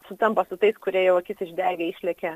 sutampa su tais kurie jau akis išdegę išlekia